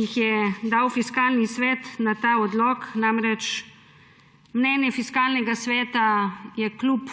jih je dal Fiskalni svet na ta odlok, namreč mnenje Fiskalnega sveta je kljub